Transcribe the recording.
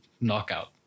knockout